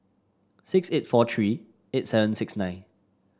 six eight four three eight seven six nine